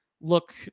look